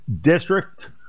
District